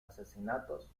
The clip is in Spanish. asesinatos